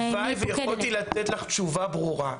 הלוואי ויכולתי לתת לך תשובה ברורה.